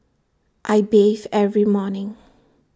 I bathe every morning